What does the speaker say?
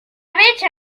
bretxa